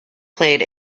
played